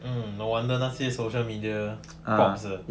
um no wonder 那些 social media popz 的